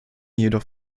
jedoch